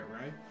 right